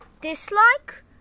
Dislike